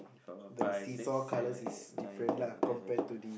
four five six seven eight nine ten eleven twelve